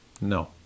no